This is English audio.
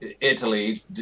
Italy